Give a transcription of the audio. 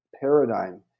paradigm